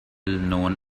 known